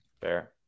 Fair